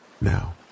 Now